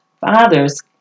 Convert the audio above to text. Fathers